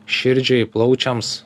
širdžiai plaučiams